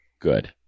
Good